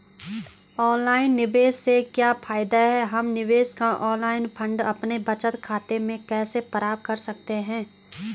Online निवेश से क्या फायदा है हम निवेश का ऑनलाइन फंड अपने बचत खाते में कैसे प्राप्त कर सकते हैं?